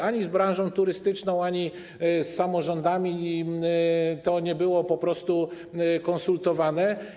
Ani z branżą turystyczną, ani z samorządami to nie było po prostu konsultowane.